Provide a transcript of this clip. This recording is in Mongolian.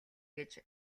гэж